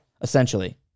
essentially